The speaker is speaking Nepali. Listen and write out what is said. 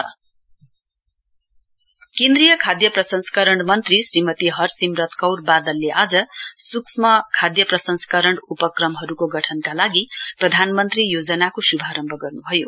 प्रधान मन्त्री इस्कीम केन्द्रीय खाध प्रसंस्करण मन्त्री श्रीमती हरसिमगत कौर बादलले आज सूक्ष्म खाध प्रसंस्करण उपक्रमहरुको गठनका लागि प्रधानमन्त्री योजनाको शुभारम्भ गर्नुभयो